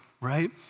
Right